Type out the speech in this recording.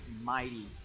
mighty